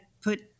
put